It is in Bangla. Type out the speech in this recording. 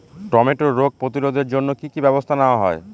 টমেটোর রোগ প্রতিরোধে জন্য কি কী ব্যবস্থা নেওয়া হয়?